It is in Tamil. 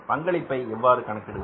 பங்களிப்பை எவ்வாறு கணக்கிடுவது